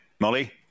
Molly